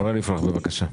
בבקשה.